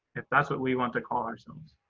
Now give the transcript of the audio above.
if that's what we want to call ourselves.